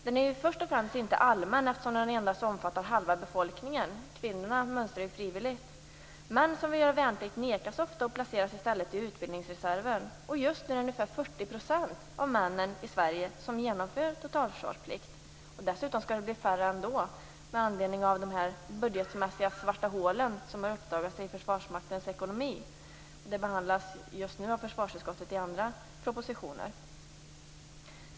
Den är först och främst inte allmän eftersom den endast omfattar halva befolkningen. Kvinnor mönstrar frivilligt. Män som vill göra värnplikt nekas ofta och placeras i stället i utbildningsreserven. Just nu är det ungefär 40 % av männen i Sverige som genomför totalförsvarsplikt. Dessutom skall det bli ännu färre med anledning av de svarta hål som har uppdagats i Försvarsmaktens ekonomi. Det behandlas just nu av försvarsutskottet i andra propositioner.